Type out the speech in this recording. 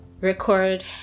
record